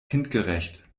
kindgerecht